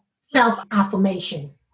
Self-affirmation